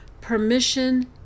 Permission